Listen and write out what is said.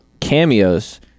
cameos